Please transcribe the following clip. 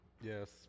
Yes